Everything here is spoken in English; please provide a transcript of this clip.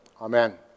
Amen